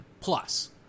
plus